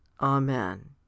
Amen